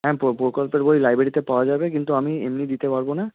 হ্যাঁ প্রকল্পের বই লাইব্রেরিতে পাওয়া যাবে কিন্তু আমি এমনি দিতে পারব না